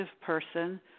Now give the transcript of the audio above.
person